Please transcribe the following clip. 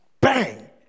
Bang